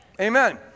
Amen